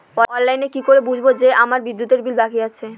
অনলাইনে কি করে বুঝবো যে আমার বিদ্যুতের বিল বাকি আছে?